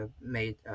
made